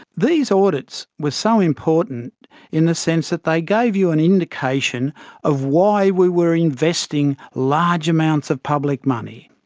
these audits were so important in the sense that they gave you an indication of why we were investing large amounts of public money.